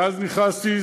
מאז נכנסתי,